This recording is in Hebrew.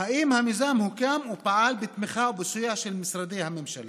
האם המיזם הוקם או פעל בתמיכה ובסיוע של משרדי הממשלה?